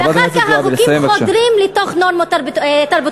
חברת הכנסת זועבי, לסיים